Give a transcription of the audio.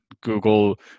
Google